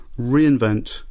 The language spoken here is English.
reinvent